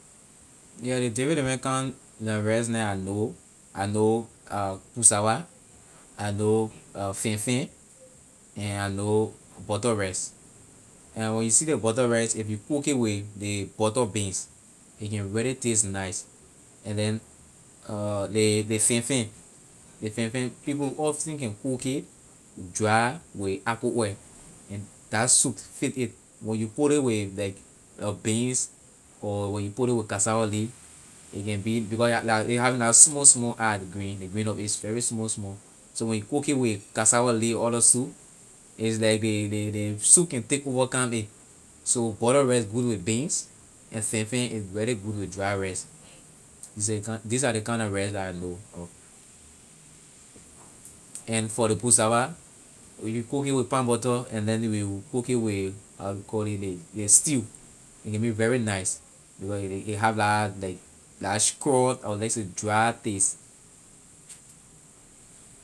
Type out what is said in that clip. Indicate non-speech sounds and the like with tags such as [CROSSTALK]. Yeah the different different kind nor rice neh I know I know [HESITATION] pusawa, I know fanfan and I know butter rice and when you see ley butter rice if you cook it with ley butter beans a can really taste nice and then [HESITATION] ley ley fanfan, ley fanfan people often can cook it dry with argo oil that soup fit it when you put it with like beans or when you put it with cassava leaf a can be because a having la small small eye ley grain ley grain of it very small small so when you cook with cassava leaf other soup is like ley ley ley soup can take overcome it so butter rice good with beans and fanfan is really good with dry rice thes- these are the kind na rice la I know of and for ley pusawa when you cook it with palm butter and then when you cook it with how you call ley ley stew a can be very nice because ley can make it have that like strong or let say dry taste.